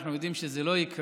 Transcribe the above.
אנחנו יודעים שזה לא יקרה,